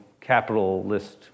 capitalist